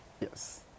Yes